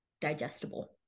digestible